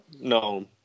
No